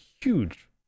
huge